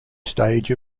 stage